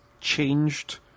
changed